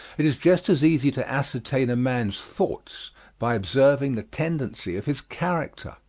it is just as easy to ascertain a man's thoughts by observing the tendency of his character.